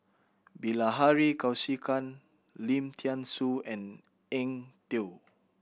Bilahari Kausikan Lim Thean Soo and Eng Tow